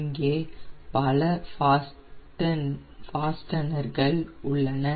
இங்கே பல ஃபாஸ்ட்டனர்ஸ் உள்ளன